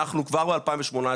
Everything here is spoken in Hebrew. אנחנו כבר ב-2018,